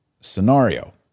scenario